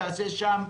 לעשות שם,